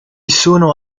sono